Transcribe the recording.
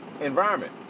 environment